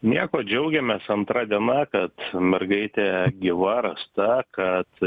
nieko džiaugiamės antra diena kad mergaitė gyva rasta kad